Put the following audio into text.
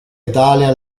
italia